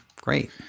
great